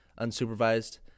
unsupervised